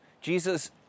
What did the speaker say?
Jesus